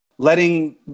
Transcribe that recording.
Letting